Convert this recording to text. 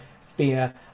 fear